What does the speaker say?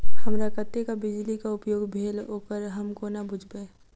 हमरा कत्तेक बिजली कऽ उपयोग भेल ओकर हम कोना बुझबै?